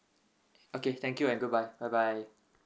okay thank you and goodbye bye bye